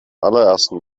allerersten